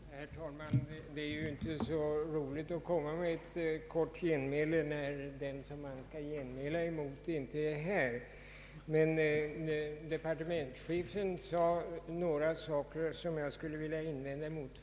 Herr talman! Det är inte så roligt att göra ett kort genmäle när den man skall genmäla mot inte är här. Departementschefen sade emellertid några saker som jag skulle vilja invända emot.